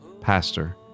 pastor